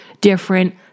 different